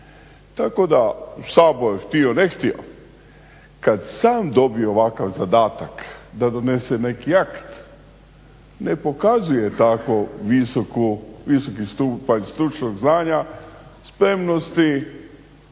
Tako da Sabor htio ne htio kada sam dobije ovakav zadatak da donese neki akt ne pokazuje tako visoki stupanj stručnog znanja, spremnosti